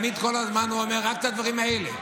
תמיד כל הזמן הוא אומר רק את הדברים האלה.